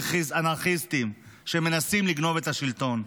אנרכיסטים, שמנסים לגנוב את השלטון.